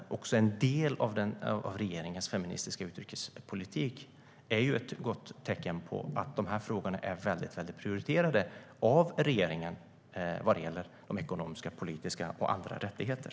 Att detta är en del av regeringens feministiska utrikespolitik är ju ett gott tecken på att de här frågorna är väldigt prioriterade av regeringen vad gäller ekonomiska, politiska och andra rättigheter.